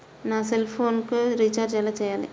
నా సెల్ఫోన్కు రీచార్జ్ ఎలా చేయాలి?